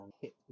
hit